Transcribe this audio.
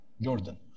Jordan